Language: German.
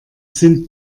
sind